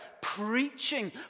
preaching